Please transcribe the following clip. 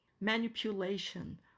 manipulation